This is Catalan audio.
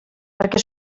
perquè